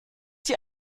die